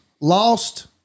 lost